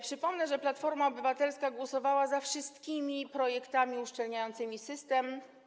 Przypomnę, że Platforma Obywatelska głosowała za wszystkimi projektami uszczelniającymi system.